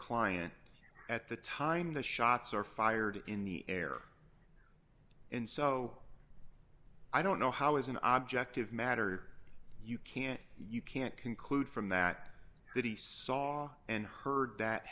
client at the time the shots are fired in the air and so i don't know how as an object of matter you can't you can't conclude from that that he saw and heard that